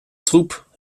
troep